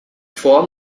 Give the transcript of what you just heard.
form